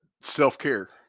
Self-care